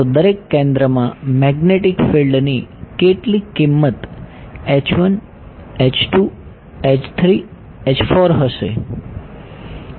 દરેક કેન્દ્રમાં magnetic field ની કેટલીક કિંમત હશે